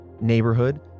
neighborhood